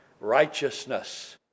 righteousness